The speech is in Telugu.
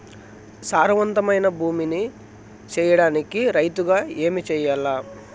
సారవంతమైన భూమి నీ సేయడానికి రైతుగా ఏమి చెయల్ల?